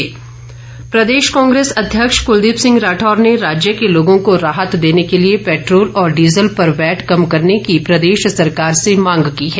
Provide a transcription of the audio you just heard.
राठौर प्रदेश कांग्रेस अध्यक्ष कुलदीप सिंह राठौर ने राज्य के लोगों को राहत देने के लिए पैद्रोल और डीजल पर वैट कम करने की प्रदेश सरकार से मांग की है